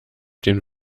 den